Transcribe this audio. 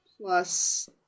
plus